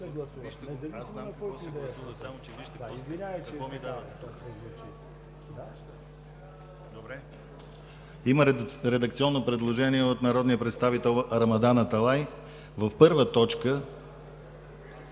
Има редакционно предложение от народния представител Рамадан Аталай в първа точка